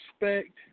respect